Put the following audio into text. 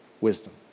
wisdom